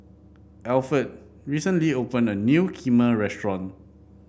Alferd recently opened a new Kheema restaurant